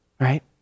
right